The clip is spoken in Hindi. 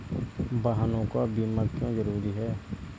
वाहनों का बीमा क्यो जरूरी है?